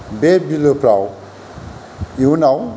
बे बिलोफ्राव इयुनाव